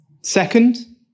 Second